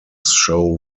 show